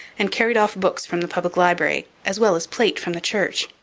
and carried off books from the public library as well as plate from the church.